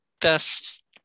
best